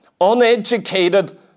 uneducated